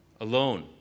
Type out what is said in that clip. alone